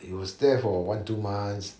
he was there for one two months